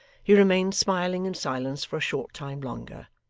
he remained smiling in silence for a short time longer,